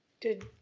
did,